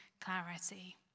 clarity